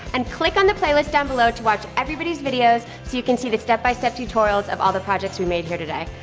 and click on the playlist down below to watch everybody's videos so you can see the step by step tutorials of all the projects we made here today.